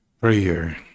prayer